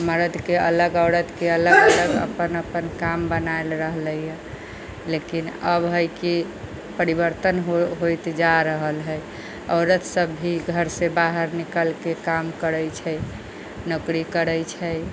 मरदके अलग औरतके अलग अपन अपन काम बनैल रहले हँ लेकिन अब है कि परिवर्तन होयत जा रहल है औरत सब भी घर से बाहर निकलके काम करै छै नौकरी करै छै